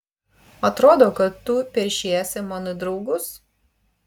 atrodo kad tu peršiesi man į draugus